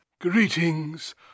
Greetings